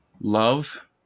love